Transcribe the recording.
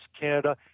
Canada